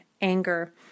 anger